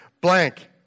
Blank